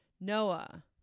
Noah